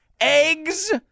eggs